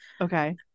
Okay